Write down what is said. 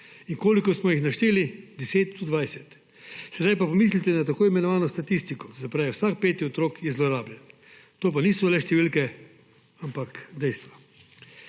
In koliko smo jih našteli? 10, 20. Sedaj pa pomislite na tako imenovano statistiko. To se pravi, vsak peti otrok je zlorabljen. To pa niso le številke, ampak dejstva.